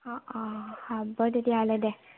অ অ হ'ব তেতিয়াহ'লে দে